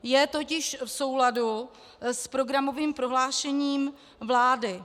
Je totiž v souladu s programovým prohlášením vlády.